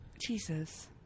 jesus